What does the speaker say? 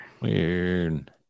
Weird